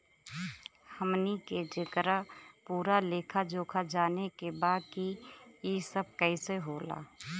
हमनी के जेकर पूरा लेखा जोखा जाने के बा की ई सब कैसे होला?